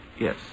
yes